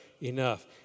enough